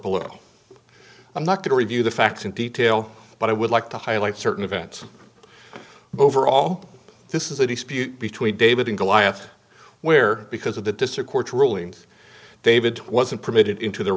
below i'm not going to review the facts in detail but i would like to highlight certain events over all this is a dispute between david and goliath where because of the district court's ruling david wasn't permitted into the